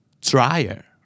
dryer